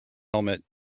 helmet